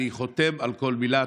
אני חותם על כל מילה.